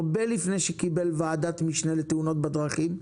הרבה לפני שהחל לעמוד בראש ועדת המשנה למאבק בתאונות דרכים.